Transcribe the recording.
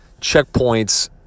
checkpoints